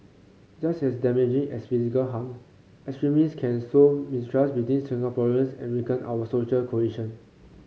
just as damaging as physical harm extremists can sow mistrust between Singaporeans and weaken our social cohesion